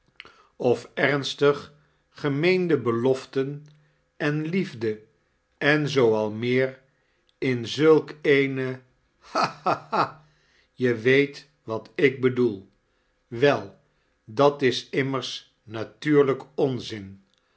of ernstig gemeendie beloften en mefde en zoo al meer in zulk een ha ha ha j wee wat ik be doel wed dat is immers natuurlijk onzin